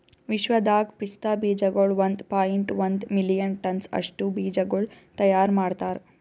ವಿಶ್ವದಾಗ್ ಪಿಸ್ತಾ ಬೀಜಗೊಳ್ ಒಂದ್ ಪಾಯಿಂಟ್ ಒಂದ್ ಮಿಲಿಯನ್ ಟನ್ಸ್ ಅಷ್ಟು ಬೀಜಗೊಳ್ ತೈಯಾರ್ ಮಾಡ್ತಾರ್